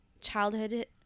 childhood